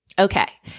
Okay